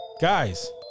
Guys